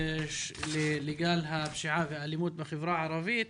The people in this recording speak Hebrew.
לגל הפשיעה והאלימות בחברה הערבית.